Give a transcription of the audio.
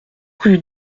rue